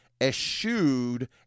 eschewed